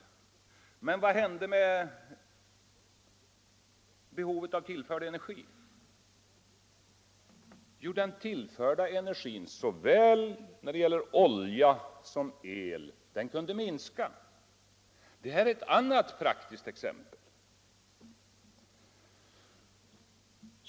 Men vad hände med behovet av tillförd energi? Jo, den tillförda energin, såväl när det gällde olja som när det gällde el, kunde minskas. Detta är ett annat praktiskt exempel.